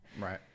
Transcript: right